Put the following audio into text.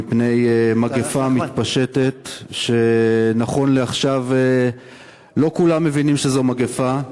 מפני מגפה מתפשטת שנכון לעכשיו לא כולם מבינים שהיא מגפה.